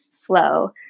flow